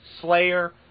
Slayer